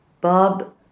Bob